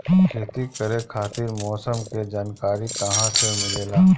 खेती करे खातिर मौसम के जानकारी कहाँसे मिलेला?